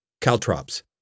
caltrops